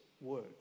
work